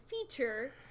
feature